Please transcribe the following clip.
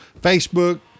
Facebook